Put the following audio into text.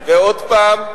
ועוד פעם,